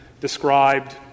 described